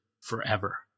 forever